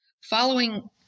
following